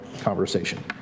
conversation